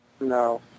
No